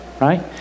right